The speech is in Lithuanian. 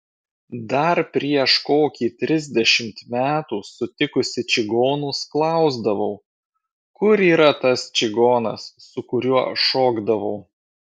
dar prieš kokį trisdešimt metų sutikusi čigonus klausdavau kur yra tas čigonas su kuriuo šokdavau